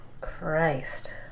Christ